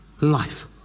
life